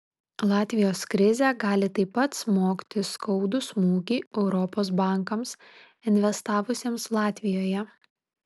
latvijos krizė gali taip pat smogti skaudų smūgį europos bankams investavusiems latvijoje